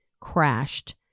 crashed